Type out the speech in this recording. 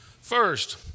First